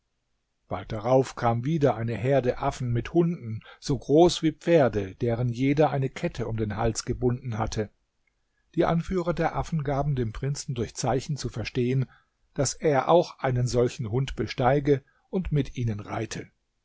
bald darauf kam wieder eine herde affen mit hunden so groß wie pferde deren jeder eine kette um den hals gebunden hatte die anführer der affen gaben dem prinzen durch zeichen zu verstehen daß er auch einen solchen hund besteige und mit ihnen reite